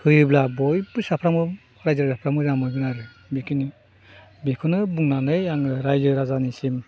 हायोब्ला बयबो साफ्रामबो रायजो राजाफ्रा मोजां मोनगोन आरो बेखिनि बेखौनो बुंनानै आङो रायजो राजानिसिम